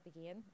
again